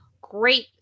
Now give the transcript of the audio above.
great